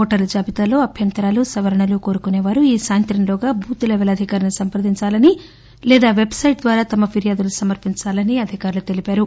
ఓటర్ల జాబితాలో అభ్యంతరాలు సవరణలు కోరుకునేవారు ఈ సాయంతంలోగా బూత్ లెవెల్ అధికారిని సంప్రదించాలని లేదా వెబ్సైట్ ద్వారా తమ ఫిర్యాదులు సమర్పించాలని అధికారులు తెలిపారు